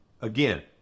Again